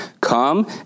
come